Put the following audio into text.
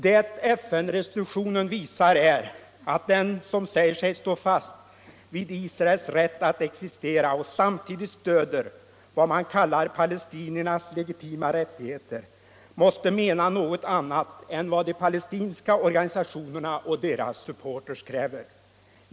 Det FN-resolutionen visar är att den som säger sig stå fast vid Israels rätt att existera och samtidigt stöder vad man kallar palestiniernas legitima rättigheter måste mena något annat än vad de palestinska organisationerna och deras supportrar kräver.